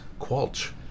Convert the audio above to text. Qualch